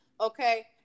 Okay